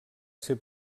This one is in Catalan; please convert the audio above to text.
ser